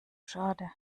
schade